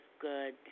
good